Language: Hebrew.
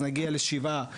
נגיע לשבעה,